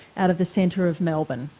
out of the centre of melbourne,